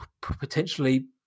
potentially